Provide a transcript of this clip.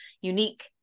unique